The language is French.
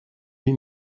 lui